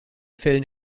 fällen